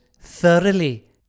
Thoroughly